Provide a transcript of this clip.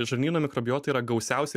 žarnyno mikrobiota yra gausiausia